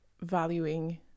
valuing